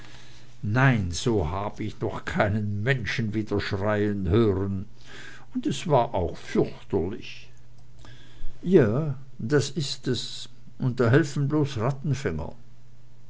nein so hab ich noch keinen menschen wieder schreien hören und es war auch fürchterlich ja das ist es und da helfen bloß rattenfänger